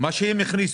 מה שהם הכניסו.